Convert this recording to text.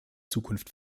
zukunft